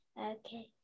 Okay